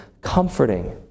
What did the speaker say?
comforting